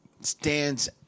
stands